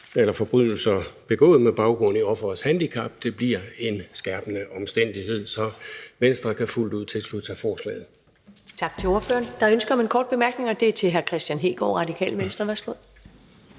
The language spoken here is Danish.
at forbrydelser begået med baggrund i offerets handicap bliver en skærpende omstændighed. Så Venstre kan fuldt ud tilslutte sig forslaget. Kl. 10:17 Første næstformand (Karen Ellemann): Tak til ordføreren. Der er ønske om en kort bemærkning, og den er til hr. Kristian Hegaard, Radikale Venstre. Værsgo.